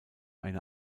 eine